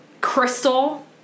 Crystal